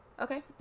Okay